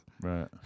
Right